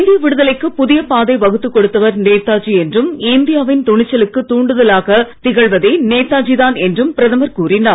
இந்திய விடுதலைக்கு புதிய பாதை வகுத்துக்கொடுத்தவர் நேதாஜி என்றும் இந்தியாவின் துணிச்சலுக்குத் தூண்டுதலாகத் திகழ்வதே நேதாஜிதான் என்றும் பிரதமர் கூறினார்